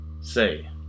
Say